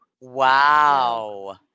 Wow